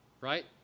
Right